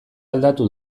aldatu